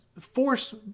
force